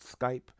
skype